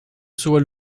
soit